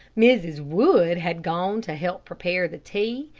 mrs. wood had gone to help prepare the tea,